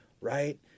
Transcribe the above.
Right